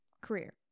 career